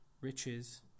riches